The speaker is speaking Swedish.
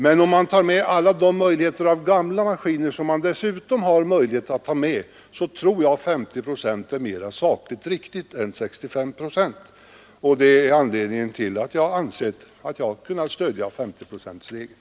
Men om man räknar med alla de gamla maskiner som det dessutom finns möjlighet att ta med, tror jag att 50 procent är sakligt riktigare än 65 procent. Det är anledningen till att jag har kunnat stödja 50-procentsregeln.